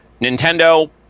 Nintendo